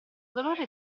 dolore